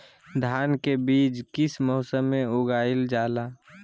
धान के बीज किस मौसम में उगाईल जाला?